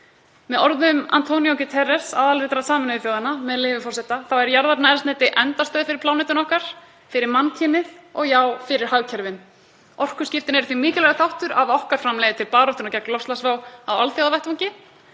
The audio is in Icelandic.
Með orðum Antonios Guterres, aðalritara Sameinuðu þjóðanna, þá er jarðefnaeldsneyti endastöð fyrir plánetuna okkar, fyrir mannkynið og já fyrir hagkerfin. Orkuskiptin eru því mikilvægur þáttur af okkar framlagi til baráttunnar gegn loftslagsvá á alþjóðavettvangi.